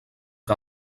que